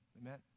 Amen